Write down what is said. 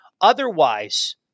Otherwise